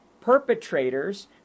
perpetrators